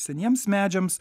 seniems medžiams